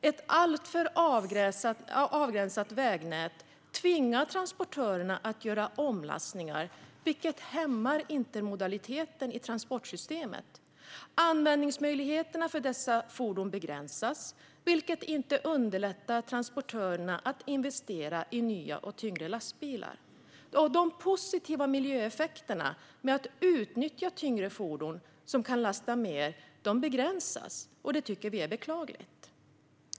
Ett alltför avgränsat vägnät tvingar transportörerna att göra omlastningar, vilket hämmar intermodaliteten i transportsystemet. Användningsmöjligheterna för dessa fordon begränsas, vilket inte underlättar för transportörerna att investera i nya och tyngre lastbilar. De positiva miljöeffekterna med att utnyttja tyngre fordon som kan lasta mer begränsas, och det tycker vi är beklagligt.